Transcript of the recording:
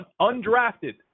Undrafted